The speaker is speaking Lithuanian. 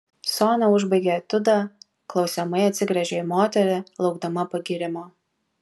sonia užbaigė etiudą klausiamai atsigręžė į moterį laukdama pagyrimo